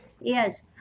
Yes